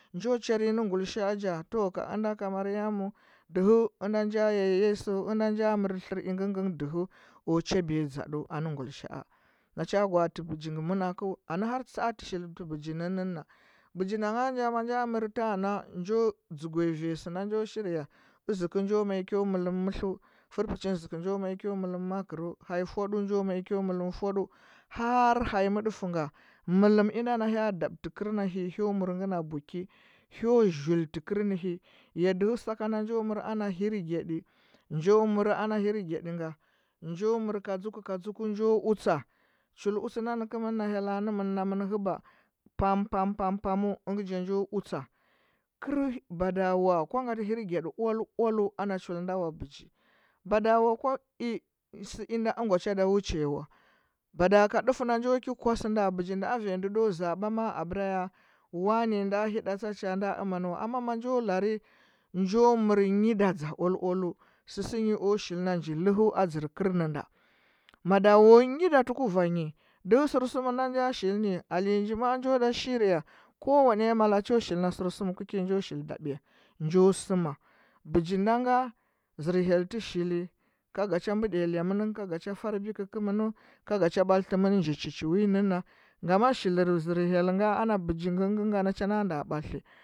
Njo charɚ nyi nɚ guilishan nja tɚwa ka ɚnda ko maryamu dɚhɚ ɚndo njo ya yesu ɚnda nja mɚr tlɚr ɚngɚ- ngɚ- ngɚ dɚhɚ o cabiya dȝadu a nɚ gullishaa, na cha gwaatɚ bɚgi ngɚ manakɚu anɚ har tsa. a shiltɚ bɚji nɚ nɚ nja bɚgi nda ngan nja ma nja mɚr taa na njo dzugwɚ ua nyi sɚu na njo shiri ya ɚȝukɚ njo mai kyo mɚum mɚtlɚu fur puchin zukɚu njo mai kyo mɚllum makɚru hanyi fudɚu njo mai kyo mɚllum fudou ha har hanyi mɚdɚfɚu nga mɚllum inda na hya dabtɚ kɚr na hɚ hyo ɚr ngɚn buki hyo zultɚ kɚrnɚhɚ ya dɚhɚ saka nda njo mɚr ana hirgyaɗi njo mɚr ana hirgyɗi nga njo mɚr ka oȝuɚ njo utsa ahul utsɚ nɚkɚmɚn no hyella nɚmɚn nomɚn hɚba pam pam pamu ɚngɚ nja njo utsa kɚr madawa kwa satɚ hirgyaɗi oal oulu ana chul nda wa bɚgi bodawa kwa i sɚ inda ɚgwa cha ɗa wuci wa ibada ka ndufu nda njo kɚ kusɚ nda bɚgi nda a va ayi ndɚ ndo zaɓa ma. a abɚra ya wani ɗo hɚɗa tsa cha ɗa amanɚ wa amma ma njo larɚ njo mɚrɚ nyi njo nyida dȝa oal oalu sɚsɚ ny o shil na nji lɚhɚ a dȝɚr kɚrnɚ nda madawo nyi datɚ kuvanyi dɚhɚ sɚrsum ɗa nja shil nɚ ole nji maa njo da shiriya kowane mala cho shil na sɚrsum ku ki ny njo shil dabɚya nto sɚma bɚgi nda nga zɚr hyel tɚ shili ka ga ch bɚɗiya lɚmɚn ga cha far bɚkɚ kɚmɚnu ka ga cha ɓaltɚ mɚn nji chi chi wii nɚnna gama shilir zɚr hel ga ana bɚgi ngɚ ngɚ ngɚ nɚ cha na nda bathlitɚ